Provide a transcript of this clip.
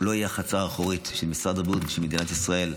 לא יהיה החצר האחורית של משרד הבריאות ושל מדינת ישראל.